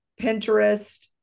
Pinterest